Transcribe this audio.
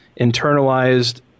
internalized